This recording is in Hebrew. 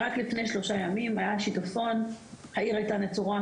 רק לפני שלושה ימים היה שיטפון, העיר היתה נצורה.